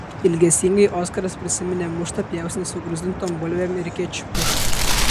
ilgesingai oskaras prisiminė muštą pjausnį su gruzdintom bulvėm ir kečupu